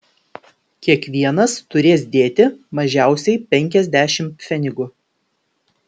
kiekvienas turės dėti mažiausiai penkiasdešimt pfenigų